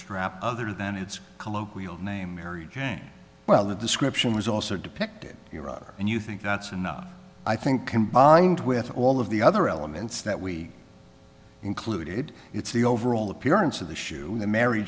strap other than its colloquial name mary jane well the description was also depicted here rather and you think that's enough i think combined with all of the other elements that we included it's the overall appearance of the shoe the mary